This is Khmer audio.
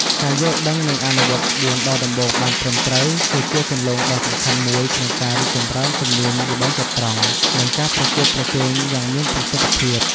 ការយល់ដឹង និងអនុវត្តក្បួនដើរដំបូងបានត្រឹមត្រូវ គឺជាគន្លងដ៏សំខាន់មួយក្នុងការរីកចម្រើនជំនាញល្បែងចត្រង្គ និងការប្រកួតប្រជែងយ៉ាងមានប្រសិទ្ធភាព។